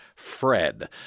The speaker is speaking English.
Fred